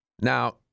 Now